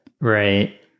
Right